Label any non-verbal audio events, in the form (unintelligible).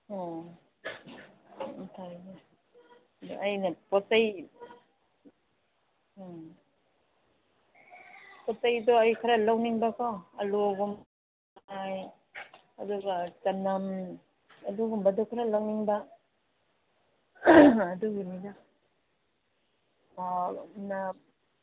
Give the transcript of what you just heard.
ꯑꯣ ꯐꯔꯦ ꯐꯔꯦ ꯑꯗꯣ ꯑꯩꯅ ꯄꯣꯠ ꯆꯩ ꯄꯣꯠ ꯆꯩꯗꯣ ꯑꯩ ꯈꯔ ꯂꯧꯅꯤꯡꯕꯀꯣ ꯑꯂꯨꯒꯨꯝ (unintelligible) ꯑꯗꯨꯒ ꯆꯅꯝ ꯑꯗꯨꯒꯨꯝꯕꯗꯣ ꯈꯔ ꯂꯧꯅꯤꯡꯕ ꯑꯗꯨꯒꯤꯅꯤꯗ ꯑꯣ